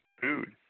food